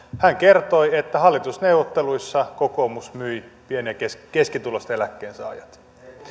hän kertoi että hallitusneuvotteluissa kokoomus myi pieni ja keskituloiset eläkkeensaajat